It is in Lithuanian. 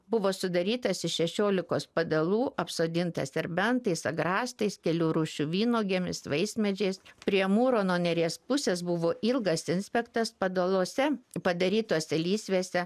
buvo sudarytas iš šešiolikos padalų apsodintas serbentais agrastais kelių rūšių vynuogėmis vaismedžiais prie mūro nuo neries pusės buvo ilgas inspektas padalose padarytose lysvėse